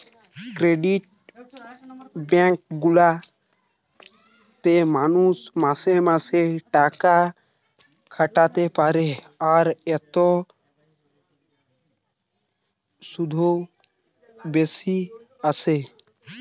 credit bank গুলা তে মানুষ মাসে মাসে টাকা খাটাতে পারে আর এতে শুধও বেশি আসে